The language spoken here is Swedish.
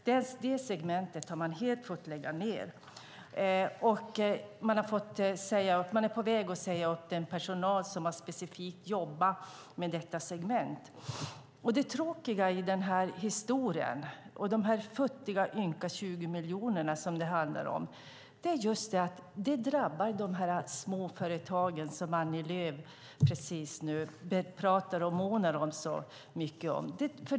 Detta segment har man helt fått lägga ned. Man är på väg att säga upp den personal som har jobbat specifikt med detta segment. Det tråkiga i den här historien och de futtiga, ynka 20 miljoner det handlar om är att det drabbar just de småföretag Annie Lööf talar och månar så mycket om.